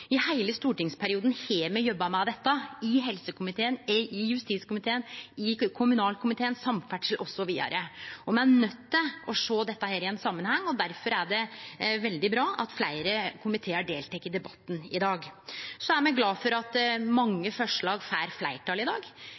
I heile stortingsperioden har me jobba med dette – i helsekomiteen, i justiskomiteen, i kommunalkomiteen, i samferdselskomiteen osv. Me er nøydde til å sjå dette i ein samanheng, og difor er det veldig bra at fleire komitear deltek i debatten i dag. Så er me glade for at mange forslag får fleirtal i dag.